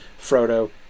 Frodo